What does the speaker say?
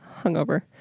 hungover